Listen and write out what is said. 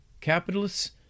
capitalists